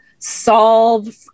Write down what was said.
solve